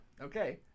Okay